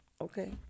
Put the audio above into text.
okay